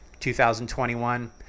2021